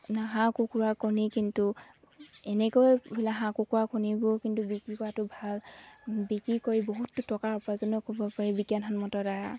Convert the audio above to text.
হাঁহ কুকুৰা কণী কিন্তু এনেকৈ বোলে হাঁহ কুকুৰা কণীবোৰ কিন্তু বিক্ৰী কৰাটো ভাল বিক্ৰী কৰি বহুত টকাৰ উপাৰ্জনো ক'ব পাৰি বিজ্ঞানসন্মতৰ দ্বাৰা